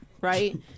right